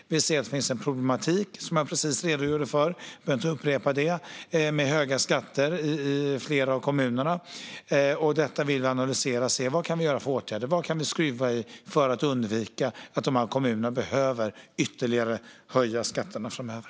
Regeringen ser att det finns en problematik med höga skatter i flera kommuner, och det ska analyseras för att se vad man kan göra för att undvika att dessa kommuner behöver höja skatterna ytterligare framöver.